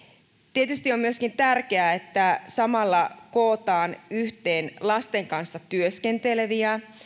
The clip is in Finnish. tietysti on myöskin tärkeää että samalla kootaan yhteen lasten kanssa työskenteleviä